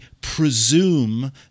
presume